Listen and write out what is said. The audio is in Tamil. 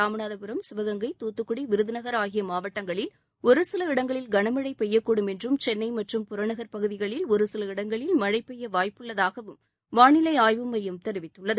இராமநாதபுரம் சிவகங்கை தூத்துக்குடி விருதுநகர் ஆகிய மாவட்டங்களில் ஒருசில இடங்களில் களமழை பெய்யக்கூடும் என்றும் சென்னை மற்றும் புறநகர் பகுதிகளில் ஒரு சில இடங்களில் மழை பெய்ய வாய்ப்பு உள்ளதாகவும் வானிலை ஆய்வு மையம் தெரிவித்துள்ளது